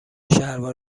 شلوار